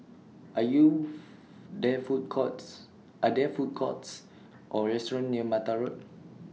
Are Youth There Food Courts Are There Food Courts Or restaurants near Mattar Road